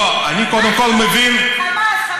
לא, אני קודם כול מבין, חמאס, חמאס.